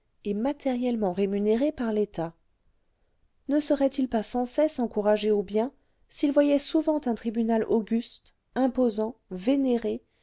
et matériellement rémunérées par l'état ne serait-il pas sans cesse encouragé au bien s'il voyait souvent un tribunal auguste imposant vénéré